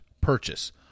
purchase